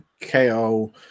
KO